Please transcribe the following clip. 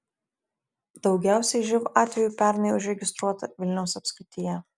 daugiausiai živ atvejų pernai užregistruota vilniaus apskrityje